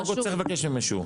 החוק לא צריך לבקש מהם אישור.